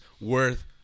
worth